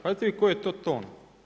Pazite vi koji je to ton.